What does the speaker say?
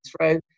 throw